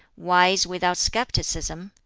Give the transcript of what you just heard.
wise without scepticism,